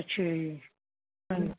ਅੱਛਾ ਜੀ ਹਾਂਜੀ